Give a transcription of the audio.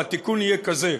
והתיקון יהיה כזה: